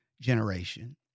generation